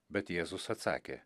bet jėzus atsakė